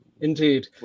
indeed